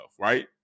Right